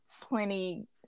plenty